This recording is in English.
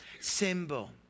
symbol